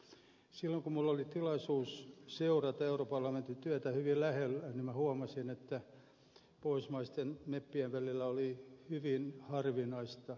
silloin kun minulla oli tilaisuus seurata europarlamentin työtä hyvin läheltä huomasin että pohjoismaisten meppien välillä yhteistyö oli hyvin harvinaista